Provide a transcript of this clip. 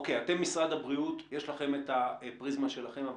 אוקיי, אתם משרד הבריאות יש לכם את הפריזמה שלכם.